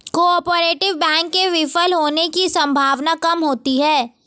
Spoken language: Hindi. कोआपरेटिव बैंक के विफल होने की सम्भावना काम होती है